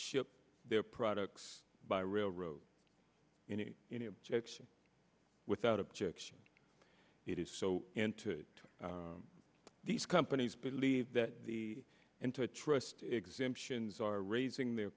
ship their products by railroad any objection without objection it is so into these companies believe that the and to trust exemptions are raising their